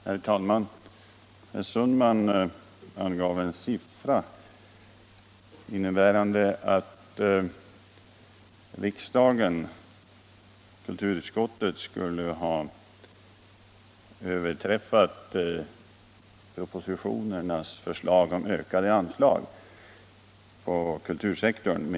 Herr talman! Herr Sundman angav en siffra innebärande att kulturutskottet med 25 24 skulle ha överträffat propositionens förslag om ökade anslag till kultursektorn.